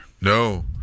No